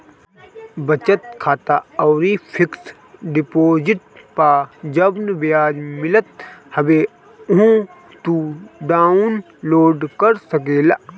बचत खाता अउरी फिक्स डिपोजिट पअ जवन बियाज मिलत हवे उहो तू डाउन लोड कर सकेला